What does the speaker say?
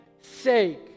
sake